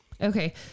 Okay